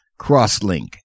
crosslink